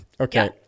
okay